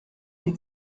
die